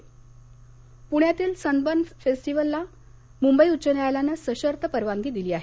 sunburn पुण्यातील Sunburn फेस्टिव्हलला मुंबई उच्च न्यायालयानं सशर्त परवानगी दिली आहे